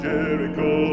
Jericho